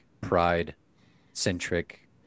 Pride-centric